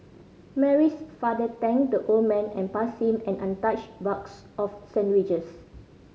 Mary's father thanked the old man and passed him an untouched box of sandwiches